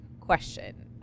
question